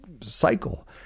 cycle